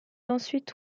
ensuite